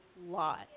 lot